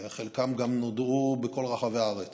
וחלקם גם נודעו בכל רחבי הארץ,